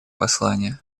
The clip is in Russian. послание